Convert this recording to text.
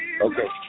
Okay